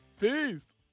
Peace